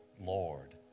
Lord